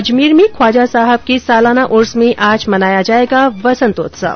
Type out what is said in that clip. अजमेर में ख्वाजा साहब के सालाना उर्स में आज मनाया जाएगा वसंत उत्सव